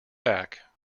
back